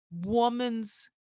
woman's